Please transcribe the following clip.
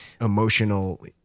emotional